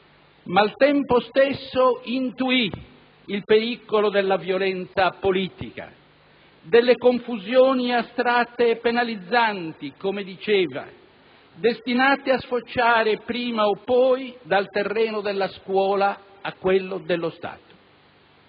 Ma al tempo stesso intuì il pericolo della violenza politica, delle confusioni astratte e penalizzanti, come diceva, destinate «a sfociare, prima o poi, dal terreno della scuola a quello dello Stato».